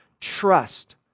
Trust